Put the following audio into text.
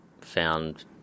found